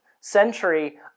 century